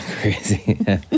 crazy